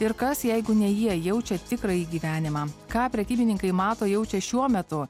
ir kas jeigu ne jie jaučia tikrąjį gyvenimą ką prekybininkai mato jaučia šiuo metu